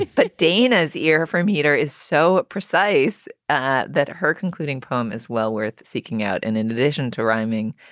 but danas ear from itr is so precise ah that her concluding poem is well worth seeking out. and in addition to rhyming,